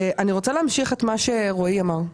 אני רוצה להמשיך את מה שרועי אמר,